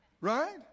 right